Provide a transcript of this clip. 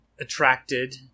attracted